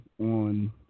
on